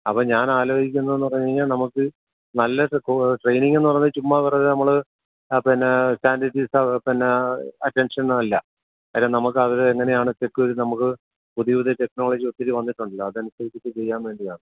അപ്പം ഞാൻ ആലോചുക്കുന്നതെന്ന് പറഞ്ഞു കഴിഞ്ഞാൽ നമുക്ക് നല്ല ട്രൈയിനിങ്ങെന്ന് പറഞ്ഞാൽ ചുമ്മാ വെറുതെ നമ്മൾ ആ പിന്നേ സ്റ്റാൻ്റ് അറ്റ് ഈസ്സ് പിന്നേ അറ്റെൻഷൻ അല്ല കാര്യം നമുക്ക് അത് അങ്ങനെയാണ് നമുക്ക് പുതിയ പുതിയ ടെക്നോളജി ഒത്തിരി വന്നിട്ടുണ്ടല്ലോ അത് അനുസരിച്ചിട്ട് ചെയ്യാൻ വേണ്ടിയാണ്